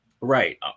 Right